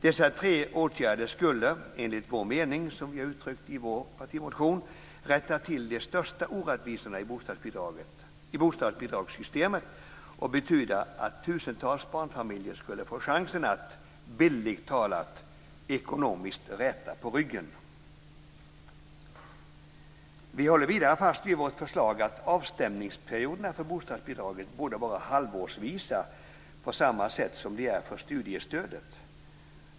Dessa tre åtgärder skulle, enligt vår mening som vi har uttryckt i vår partimotion, rätta till de största orättvisorna i bostadsbidragssystemet och betyda att tusentals barnfamiljer skulle få chansen att, bildligt talat, ekonomiskt räta på ryggen. Vi håller vidare fast vid vårt förslag om att avstämningsperioderna för bostadsbidraget borde vara halvårsvisa på samma sätt som de är för studiestödet.